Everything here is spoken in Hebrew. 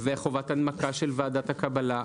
חובת הנמקה של ועדת הקבלה.